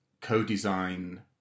co-design